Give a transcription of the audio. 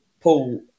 Paul